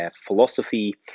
philosophy